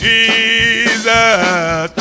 Jesus